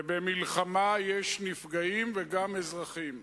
ובמלחמה יש נפגעים, וגם אזרחים.